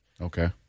Okay